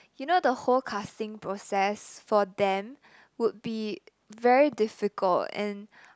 you know the whole casting process for them would be very difficult and